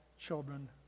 children